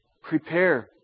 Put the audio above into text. prepare